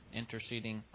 interceding